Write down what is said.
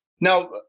Now